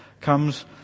comes